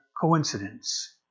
coincidence